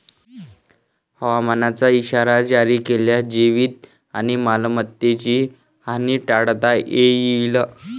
हवामानाचा इशारा जारी केल्यास जीवित आणि मालमत्तेची हानी टाळता येईल